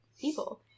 people